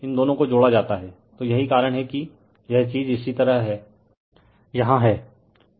तो इन दोनों को जोड़ा जाता है तो यही कारण हैं कि यह चीज़ इसी तरह यहाँ हैं